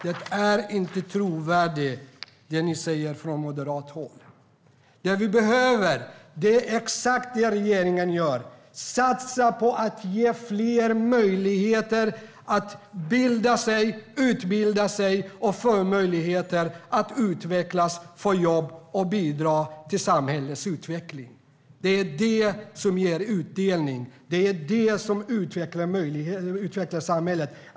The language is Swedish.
Det ni säger från moderat håll är inte trovärdigt. Det vi behöver är exakt det regeringen gör: att satsa på att ge fler möjligheter att bilda sig, utbilda sig, utvecklas, få jobb och bidra till samhällets utveckling. Det är det som ger utdelning, och det är det som utvecklar samhället.